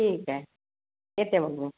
ठीक आहे येते मग मग